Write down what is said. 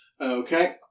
Okay